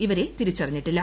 ഇവരെ തിരിച്ചറിഞ്ഞിട്ടില്ല